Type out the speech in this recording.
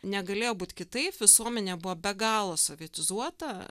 negalėjo būt kitaip visuomenė buvo be galo sovietizuota